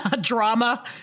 drama